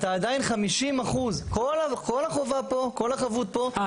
אתה עדיין 50%. כל החבות פה --- אה,